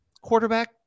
quarterback